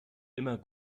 immer